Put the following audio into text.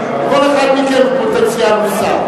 כל אחד מכם הוא פוטנציאל לשר.